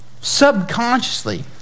subconsciously